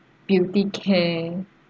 beauty care